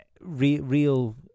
real